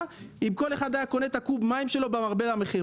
אם כל אחד היה קונה את הקוב מים שלו למרבה במחיר,